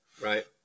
right